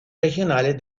regionales